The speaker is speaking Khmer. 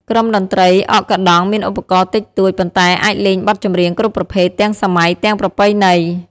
ក្រុមតន្ត្រី អកកាដង់មានឧបករណ៍តិចតួច ប៉ុន្តែអាចលេងបទចម្រៀងគ្រប់ប្រភេទ ទាំងសម័យ ទាំងប្រពៃណី ។